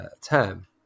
term